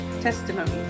testimony